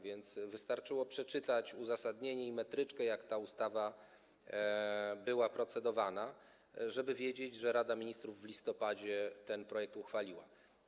Wystarczyło przeczytać uzasadnienie i metryczkę, zobaczyć, jak ta ustawa była procedowana, żeby wiedzieć, że Rada Ministrów w listopadzie ten projekt przyjęła.